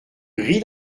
gris